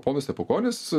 ponas stepukonis